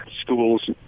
schools